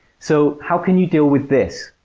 so, how can you deal with this?